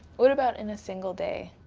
what about in a single day?